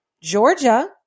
Georgia